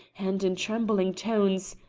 and, in trembling tones,